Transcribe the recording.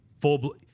Full